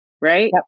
Right